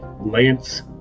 Lance